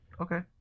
Okay